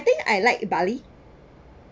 I think I like bali